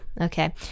Okay